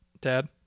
Dad